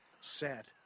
set